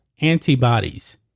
antibodies